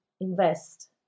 invest